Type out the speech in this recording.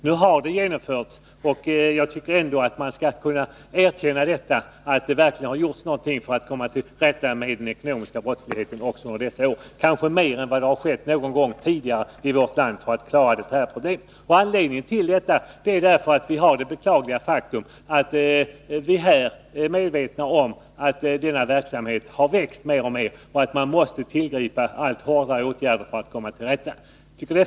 Nu har den genomförts. Jag tycker att man skall erkänna att det verkligen gjorts en del för att komma till rätta med den ekonomiska brottsligheten också under dessa år — kanske mer än som har gjorts någon gång tidigare i vårt land för att lösa de här problemen. Anledningen till det är det beklagliga faktum att den ekonomiska brottsligheten har vuxit mer och mer. Vi är medvetna om att man måste tillgripa allt hårdare åtgärder för att komma till rätta med den.